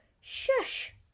Shush